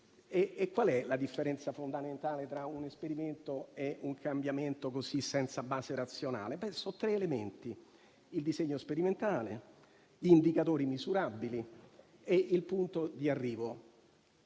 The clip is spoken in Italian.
c'è una differenza fondamentale tra un esperimento e un cambiamento senza base razionale. Sono tre gli elementi: il disegno sperimentale, gli indicatori misurabili e il punto di arrivo.